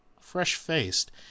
Fresh-Faced